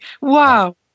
wow